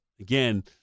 again